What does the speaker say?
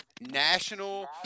National